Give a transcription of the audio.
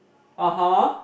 (uh huh)